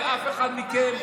הרי אף אחד מכם,